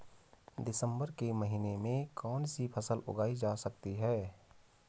दिसम्बर के महीने में कौन सी फसल उगाई जा सकती है?